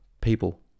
people